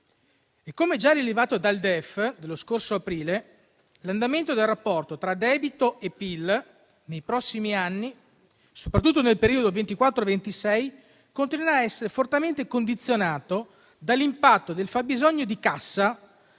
Come già rilevato dal DEF dello scorso aprile, l'andamento del rapporto tra debito e PIL nei prossimi anni, soprattutto nel periodo 2024-2026, continuerà a essere fortemente condizionato dall'impatto del fabbisogno di cassa